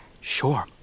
Sure